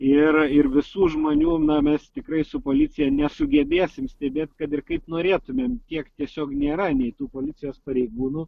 ir ir visų žmonių na mes tikrai su policija nesugebėsim stebėt kad ir kaip norėtumėm tiek tiesiog nėra nei tų policijos pareigūnų